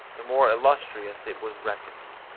the more illustrious it was reckoned.